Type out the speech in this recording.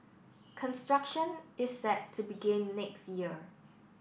construction is set to begin next year